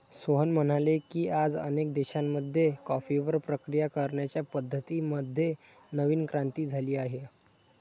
सोहन म्हणाले की, आज अनेक देशांमध्ये कॉफीवर प्रक्रिया करण्याच्या पद्धतीं मध्ये नवीन क्रांती झाली आहे